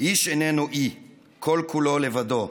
"איש איננו אי, / כל-כולו לבדו,